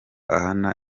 ahana